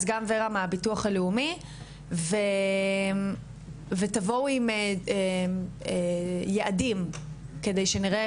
אז גם ורה מהביטוח הלאומי ותבואו עם יעדים כדי שנראה,